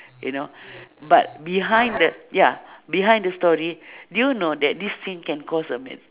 you know but behind the ya behind the story do you know that this thing can cause a m~